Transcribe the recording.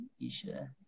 Isha